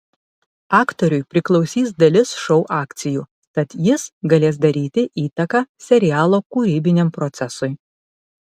aktoriui priklausys dalis šou akcijų tad jis galės daryti įtaką serialo kūrybiniam procesui